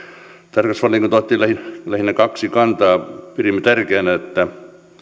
tarkastusvaliokunta otti lähinnä kaksi kantaa pidimme tärkeänä että